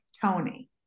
Tony